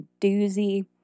doozy